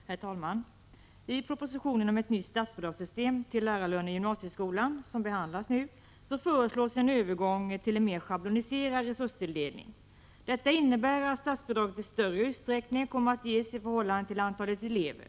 Prot. 1985/86:162 Herr talman! I propositionen om ett nytt statsbidragssystem till lärarlöneri 4 juni 1986 gymnasieskolan, som nu behandlas, föreslås en övergång till en mer schabloniserad resurstilldelning. Detta innebär att statsbidraget i större Sekaplortreriteme SÄ ind Zz bidrag till lärarlöner utsträckning kommer att ges i förhållande till antalet elever.